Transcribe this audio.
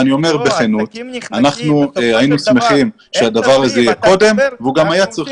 אני אומר בכנות שאנחנו שמחים שהדבר הזה יהיה קודם והוא גם היה צריך